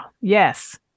yes